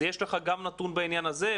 יש לך גם נתון בעניין הזה?